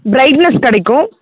brightness கிடைக்கும்